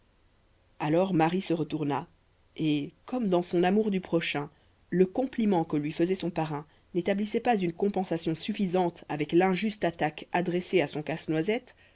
alors marie se retourna et comme dans son amour du prochain le compliment que lui faisait son parrain n'établissait pas une compensation suffisante avec l'injuste attaque adressée à son casse-noisette